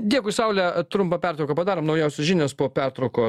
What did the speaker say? dėkui saule trumpą pertrauką padarom naujausios žinios po pertraukos